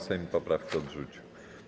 Sejm poprawkę odrzucił.